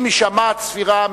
עם הישמע הצפירה,